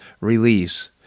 release